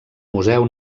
museu